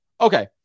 Okay